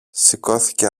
σηκώθηκε